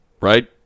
Right